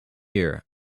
year